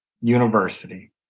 University